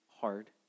hard